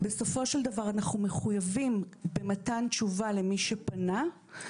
בסופו של דבר, אנחנו מחויבים במתן תשובה למי שפנה.